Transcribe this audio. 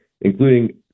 including